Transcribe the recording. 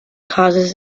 causes